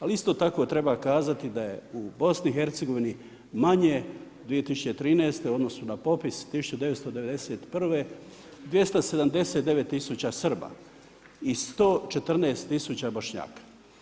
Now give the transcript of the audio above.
Ali isto tako treba kazati da je u BiH manje 2013. u odnosu na popis 1991. 279 tisuća Srba i 114 tisuća Bošnjaka.